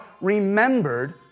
remembered